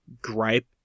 gripe